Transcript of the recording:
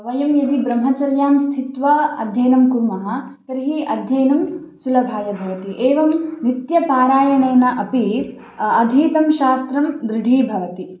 वयं यदि ब्रह्मचर्ये स्थित्वा अध्ययनं कुर्मः तर्हि अध्ययनं सुलभाय भवति एवं नित्यपारायणेन अपि अधीतं शास्त्रं दृढीभवति